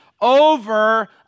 over